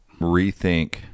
rethink